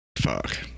Fuck